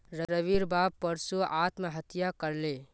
रविर बाप परसो आत्महत्या कर ले